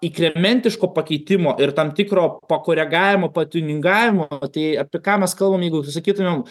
inkrementiško pakeitimo ir tam tikro pakoregavimo patiuningavimo tai apie ką mes kalbam jeigu sakytumėm